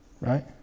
Right